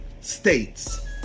states